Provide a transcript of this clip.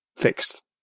fixed